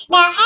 Now